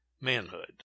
Manhood